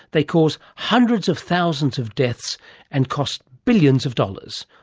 they cause hundreds of thousands of deaths and cause billions of dollars.